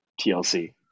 TLC